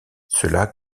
cela